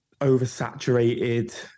oversaturated